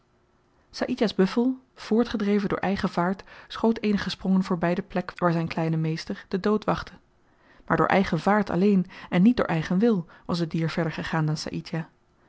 saïdjah's buffel voortgedreven door eigen vaart schoot eenige sprongen voorby de plek waar zyn kleine meester den dood wachtte maar door eigen vaart alleen en niet door eigen wil was het dier verder gegaan dan saïdjah